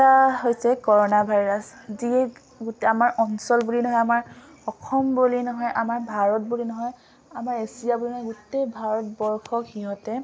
এটা হৈছে corona virus যিয়ে গোটেই আমাৰ অঞ্চল বুলি নহয় আমাৰ অসম বুলি নহয় আমাৰ ভাৰত বুলি নহয় আমাৰ এছিয়া বুলি নহয় গোটেই ভাৰতবৰ্ষক সিহঁতে